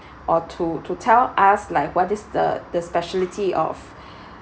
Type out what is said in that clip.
or to to tell us like what is the the speciality of